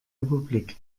republik